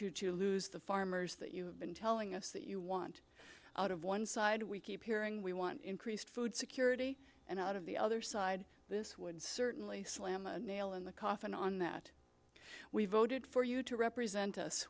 you to lose the farmers that you have been telling us that you want out of one side we keep hearing we want increased food security and out of the other side this would certainly slam a nail in the coffin on that we voted for you to represent us